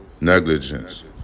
negligence